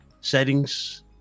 settings